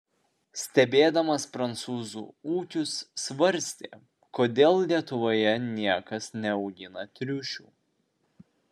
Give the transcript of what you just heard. stebėdamas prancūzų ūkius svarstė kodėl lietuvoje niekas neaugina triušių